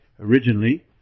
originally